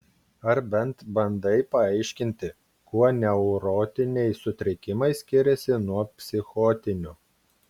ar bent bandai paaiškinti kuo neurotiniai sutrikimai skiriasi nuo psichotinių